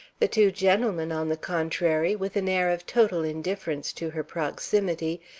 the two gentlemen, on the contrary, with an air of total indifference to her proximity,